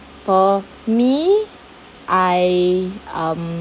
for me I um